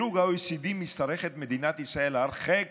בדירוג ה-OECD משתרכת מדינת ישראל הרחק